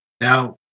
Now